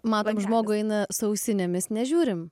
matom žmogų eina su ausinėmis nežiūrim